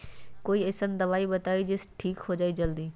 कोई अईसन दवाई बताई जे से ठीक हो जई जल्दी?